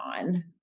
on